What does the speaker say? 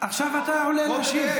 עכשיו אתה עולה להשיב.